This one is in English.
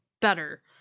better